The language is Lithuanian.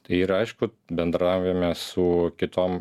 tai yra aišku bendraujame su kitom